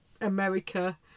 America